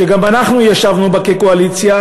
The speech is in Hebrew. שגם אנחנו ישבנו בה בקואליציה,